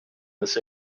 this